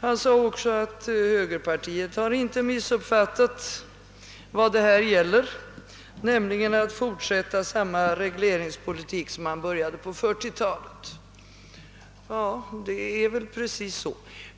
Han sade också att högerpartiet inte har missuppfattat vad det här gäller, nämligen att fortsätta samma regleringspolitik som man började på 1940-talet. Det är precis så.